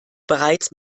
bereits